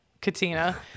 Katina